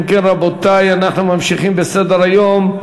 אם כן, רבותי, אנחנו ממשיכים בסדר-היום.